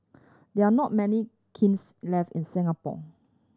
there are not many kilns left in Singapore